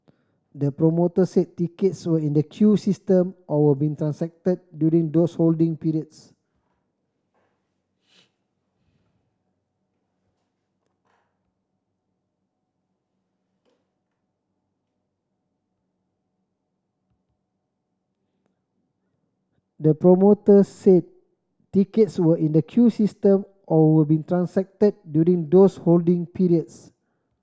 the promoter said tickets were in the queue system or were being transacted during those holding periods the promoter said tickets were in the queue system or were being transacted during those holding periods